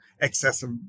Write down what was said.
excessive